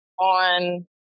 on